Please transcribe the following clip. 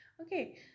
Okay